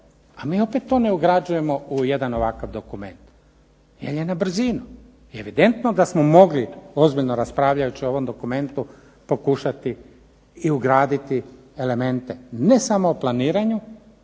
a mi opet to ne ugrađujemo u jedan ovakav dokument, jer je na brzinu i evidentno da smo mogli ozbiljno raspravljajući o ovom dokumentu pokušati i ugraditi elemente ne samo o planiranju,